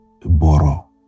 borrow